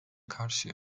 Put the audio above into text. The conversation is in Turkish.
karşı